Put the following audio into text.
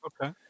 okay